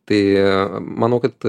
tai manau kad